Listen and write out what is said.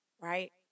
right